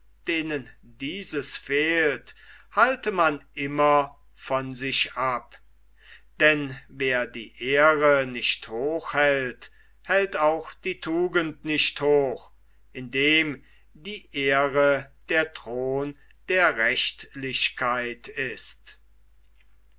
denen dieses fehlt halte man immer von sich ab denn wer die ehre nicht hochhält hält auch die tugend nicht hoch indem die ehre der thron der rechtlichkeit ist